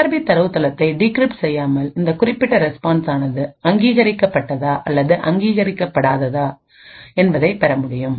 CRP தரவுத்தளத்தை decrypt செய்யாமல்இந்த குறிப்பிட்ட ரெஸ்பான்ஸ் ஆனது அங்கீகரிக்கப்பட்டதா அல்லது அங்கீகரிக்கப்படாத என்பதனை பெறமுடியும்